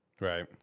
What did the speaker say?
Right